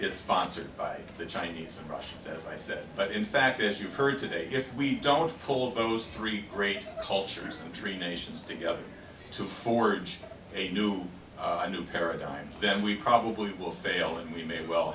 it sponsored by the chinese and russians as i said but in fact as you've heard today if we don't pull those three great cultures in three nations together to forge a new new paradigm then we probably will fail and we may well